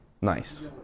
Nice